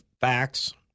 facts